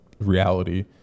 reality